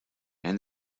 and